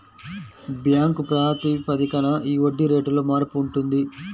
bank ప్రాతిపదికన ఈ వడ్డీ రేటులో మార్పు ఉంటుంది